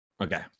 Okay